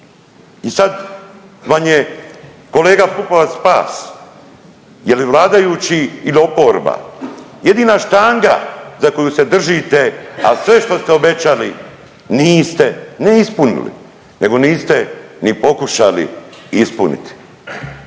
I sad vam je kolega Pupovac spas, je li vladajući ili oporba, jedina štanga za koju se držite, al sve što ste obećali niste ne ispunili nego niste ni pokušali ispuniti